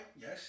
yes